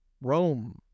Rome